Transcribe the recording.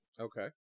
Okay